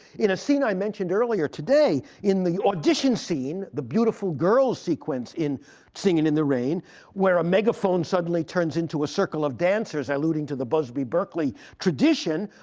in a scene i mentioned earlier today, in the audition scene, the beautiful girls sequence in singin' in the rain where a megaphone suddenly turns into a circle of dancers, alluding to the busby berkeley tradition,